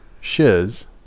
Shiz